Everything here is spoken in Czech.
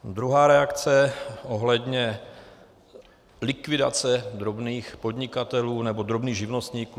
Druhá reakce ohledně likvidace drobných podnikatelů nebo drobných živnostníků.